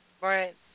Right